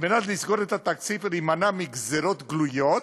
כדי לסגור את התקציב ולהימנע מגזירות גלויות,